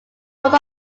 both